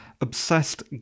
obsessed